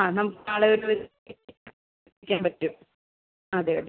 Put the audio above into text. ആ നമുക്ക് നാളെ ഒരു എത്തിക്കാൻ പറ്റും അതെ അതെ